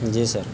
جی سر